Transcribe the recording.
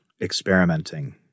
experimenting